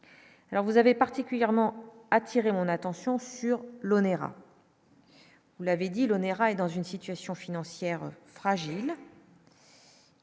vous avez particulièrement attiré mon attention sur l'onéreux. Vous l'avez dit, dans une situation financière fragile,